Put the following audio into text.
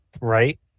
Right